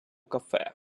кафе